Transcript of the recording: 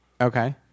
Okay